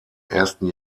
ersten